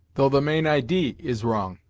though the main idee is wrong.